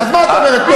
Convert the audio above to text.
אז מה את אומרת?